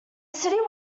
city